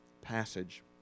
passage